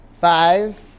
Five